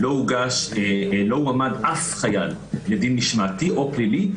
לא הועמד אף חייל לדין משמעתי או פלילי,